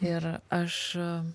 ir aš